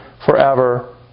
forever